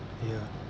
ya